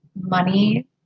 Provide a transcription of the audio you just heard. money